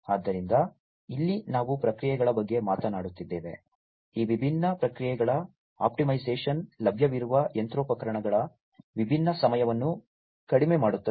ಆದ್ದರಿಂದ ಇಲ್ಲಿ ನಾವು ಪ್ರಕ್ರಿಯೆಗಳ ಬಗ್ಗೆ ಮಾತನಾಡುತ್ತಿದ್ದೇವೆ ಈ ವಿಭಿನ್ನ ಪ್ರಕ್ರಿಯೆಗಳ ಆಪ್ಟಿಮೈಸೇಶನ್ ಲಭ್ಯವಿರುವ ಯಂತ್ರೋಪಕರಣಗಳ ವಿಭಿನ್ನ ಸಮಯವನ್ನು ಕಡಿಮೆ ಮಾಡುತ್ತದೆ